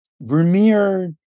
Vermeer